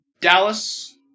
Dallas